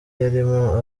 yarimo